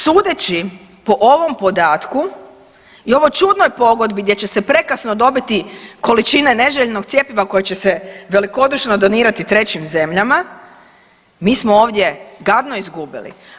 Sudeći po ovom podatku i ovoj čudnoj pogodbi gdje će se prekasno dobiti količine neželjenog cjepiva koja će se velikodušno donirati trećim zemljama mi smo ovdje gadno izgubili.